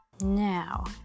Now